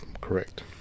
Correct